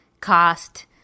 cost